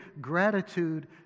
gratitude